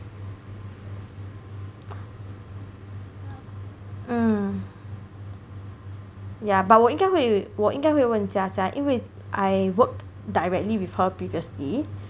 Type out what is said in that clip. mm ya but 我应该会我应该会问 Jia Jia 因为 I worked directly with her previously